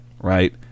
right